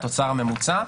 התוצר הממוצע.